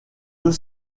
deux